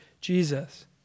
Jesus